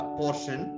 portion